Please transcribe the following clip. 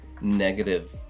negative